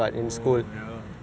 oh ya lah